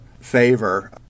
favor